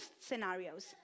scenarios